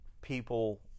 people